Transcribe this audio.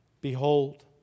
Behold